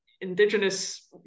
indigenous